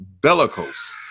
bellicose